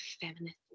feminist